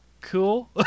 Cool